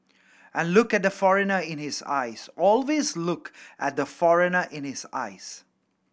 and look at the foreigner in his eyes always look at the foreigner in his eyes